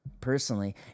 Personally